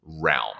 realm